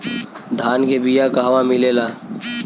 धान के बिया कहवा मिलेला?